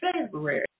February